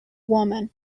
woman